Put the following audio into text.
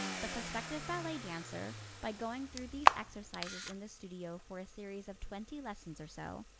the prospective ballet dancer, by going through these exercises in the studio for a series of twenty lessons or so,